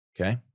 Okay